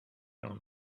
down